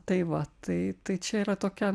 tai va tai tai čia yra tokia